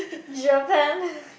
Japan